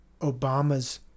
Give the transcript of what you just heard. obama's